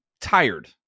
tired